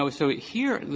so so here,